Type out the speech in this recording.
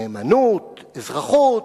נאמנות, אזרחות,